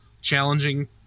challenging